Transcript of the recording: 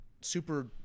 super